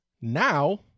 now